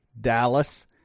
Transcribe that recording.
Dallas